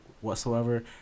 whatsoever